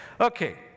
Okay